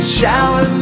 shower